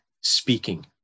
speaking